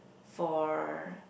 for